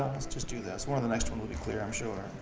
let's just do this. one of the next one will be clear, i'm sure.